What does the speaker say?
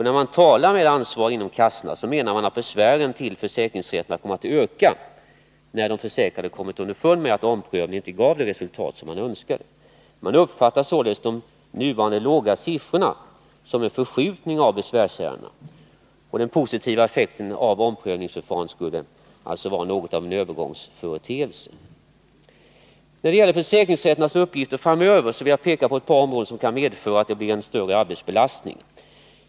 De ansvariga inom kassorna menar att besvären till försäkringsrätterna kommer att öka, när de försäkrade har kommit underfund med att omprövningen inte gav det resultat som de önskade. Man uppfattar således de nuvarande låga siffrorna som en förskjutning av besvärsärendena. Den positiva effekten av omprövningsförfarandet skulle alltså vara något av en övergångsföreteelse. När det gäller försäkringsrätternas uppgifter framöver vill jag peka på ett par områden, som kan medföra att det blir en större arbetsbelastning.